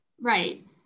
Right